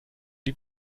die